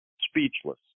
speechless